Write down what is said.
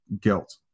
guilt